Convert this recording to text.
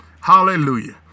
Hallelujah